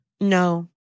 No